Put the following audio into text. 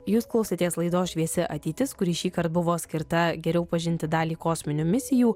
jūs klausėtės laidos šviesi ateitis kuri šįkart buvo skirta geriau pažinti dalį kosminių misijų